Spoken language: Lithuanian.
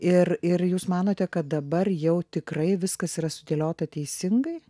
ir ir jūs manote kad dabar jau tikrai viskas yra sudėliota teisingai